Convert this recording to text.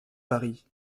paris